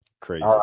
crazy